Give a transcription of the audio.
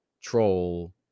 troll